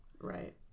right